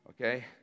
Okay